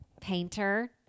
painter